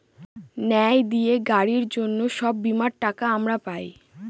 ন্যায় দিয়ে গাড়ির জন্য সব বীমার টাকা আমরা পাই